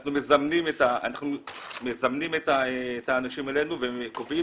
אנחנו מזמנים את האנשים אלינו וקובעים